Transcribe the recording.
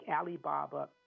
Alibaba